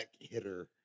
hitter